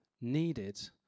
needed